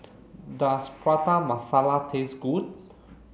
does Prata Masala taste good